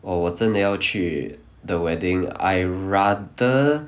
!wah! 我真的要去 the wedding I rather